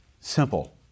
Simple